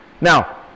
now